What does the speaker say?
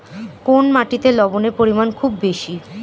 কোন মাটিতে লবণের পরিমাণ খুব বেশি?